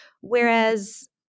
whereas